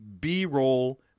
B-roll